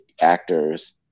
actors